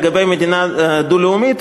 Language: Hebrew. לגבי מדינה דו-לאומית,